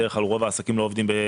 בדרך כלל, רוב העסקים לא עובדים בשבת.